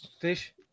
fish